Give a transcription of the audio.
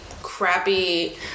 crappy